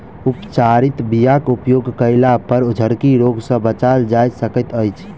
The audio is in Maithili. उपचारित बीयाक उपयोग कयलापर झरकी रोग सँ बचल जा सकैत अछि